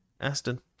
Aston